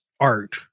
art